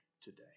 today